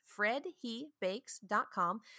fredhebakes.com